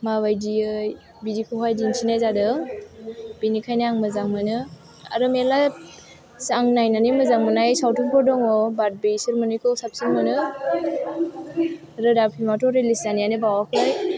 माबायदियै बिदिखौहाय दिन्थिनाय जादों बिनिखायनो आं मोजां मोनो आरो मेल्ला आं नायनानै मोजां मोननाय सावथुनफोर दङ बात बेसोर मोननैखौ साबसिन मोनो रोदा फिल्माथ' रिलिस जानायानो बावाखै